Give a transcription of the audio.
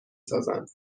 سازند